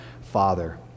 Father